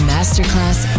Masterclass